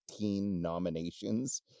nominations